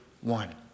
one